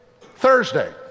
Thursday